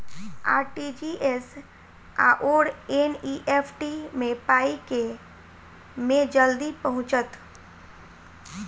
RTGS आओर NEFT मे पाई केँ मे जल्दी पहुँचत?